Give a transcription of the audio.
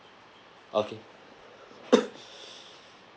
okay